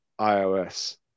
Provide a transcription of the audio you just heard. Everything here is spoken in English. iOS